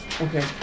Okay